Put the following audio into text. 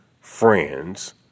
friends